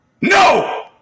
No